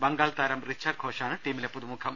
ബംഗാൾ താർം റിച്ച ഘോഷാണ് ടീമിലെ പുതുമു ഖം